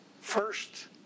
first